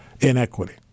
inequity